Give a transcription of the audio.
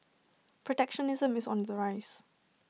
protectionism is on the rise